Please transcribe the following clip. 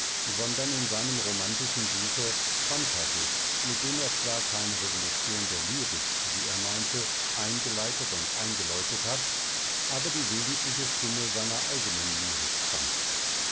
sondern in seinem romantischen buche phantasus mit dem er zwar keine revolution der lyrik wie er meinte eingeleitet und eingeläutet hat aber die wesentliche stimme seiner eigenen lyrik fand